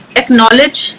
acknowledge